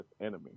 enemy